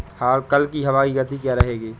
कल की हवा की गति क्या रहेगी?